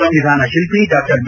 ಸಂವಿಧಾನ ಶಿಲ್ಪಿ ಡಾ ಬಿ